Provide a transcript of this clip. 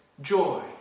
joy